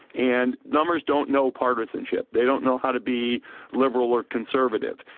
and numbers don't know partisanship. they don't know how to be liberal or conservative.